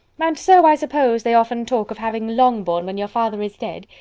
and so, i suppose, they often talk of having longbourn when your father is dead.